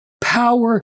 power